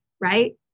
Right